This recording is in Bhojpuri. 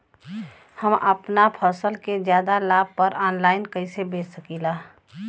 हम अपना फसल के ज्यादा लाभ पर ऑनलाइन कइसे बेच सकीला?